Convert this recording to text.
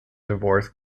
divorce